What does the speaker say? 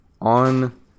on